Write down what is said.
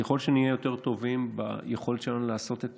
ככל שנהיה יותר טובים ביכולת שלנו לעשות את